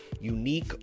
unique